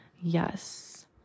Yes